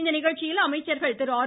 இந்நிகழ்ச்சியில் அமைச்சர்கள் ஆர்